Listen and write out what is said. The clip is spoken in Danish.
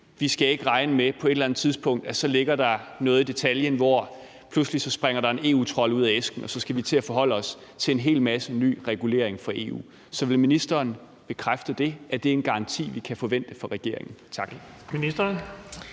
på et eller andet tidspunkt ligger noget i detaljen, hvor der pludselig springer en EU-trold ud af æsken, og så skal vi til at forholde os til en hel masse ny regulering fra EU. Så vil ministeren bekræfte det, og er det en garanti, vi kan forvente fra regeringens